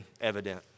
evident